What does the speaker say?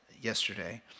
yesterday